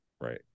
Right